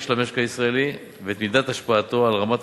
של המשק הישראלי ואת מידת השפעתו על רמת